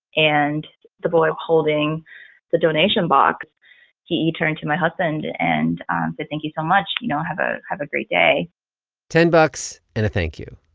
and the boy holding the donation box he turned to my husband and said, thank you so much, you know, have ah have a great day ten bucks and a thank-you.